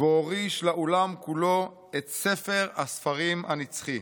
והוריש לעולם כולו את ספר הספרים הנצחי.